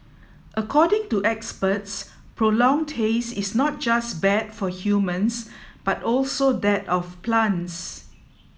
according to experts prolonged haze is not just bad for humans but also that of plants